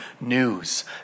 news